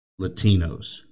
Latinos